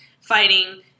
fighting